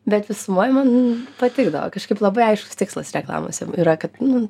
bet visumoje man patikdavo kažkaip labai aiškus tikslas reklamose yra kad nu